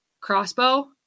crossbow